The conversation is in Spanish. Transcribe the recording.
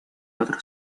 otro